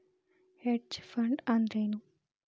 Hedge fund ಅಂದ್ರೇನು?